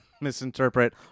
Misinterpret